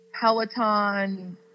Peloton